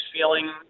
feeling